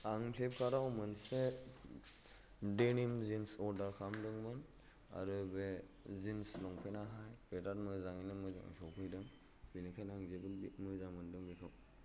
आं फ्लिपकार्ताव मोनसे देनिम जिन्स अर्दार खालामदोंमोन आरो बे जिन्स लंपेन्ताहाय बेराद मोजांनो मोजां सफैदों बेनिखायनो आं जोबोर बेखौ मोजां मोनदों बेखौ